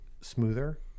smoother